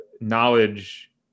knowledge